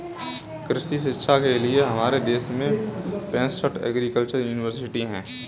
कृषि शिक्षा के लिए हमारे देश में पैसठ एग्रीकल्चर यूनिवर्सिटी हैं